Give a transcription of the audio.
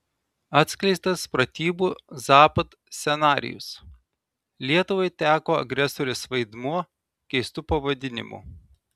atskleistas pratybų zapad scenarijus lietuvai teko agresorės vaidmuo keistu pavadinimu